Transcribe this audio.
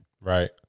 Right